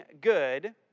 good